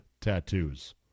tattoos